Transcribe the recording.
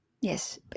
Yes